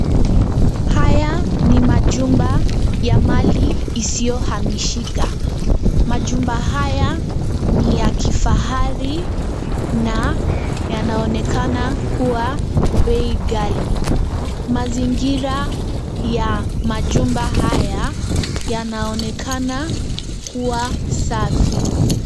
Haya ni majumba ya mali isiyohamishika. Majumba haya ni ya kifahari na yanaonekana kuwa bei ghali. Mazingira ya majumba haya yanaonekana kuwa safi.